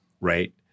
Right